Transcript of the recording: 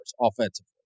offensively